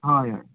हय हय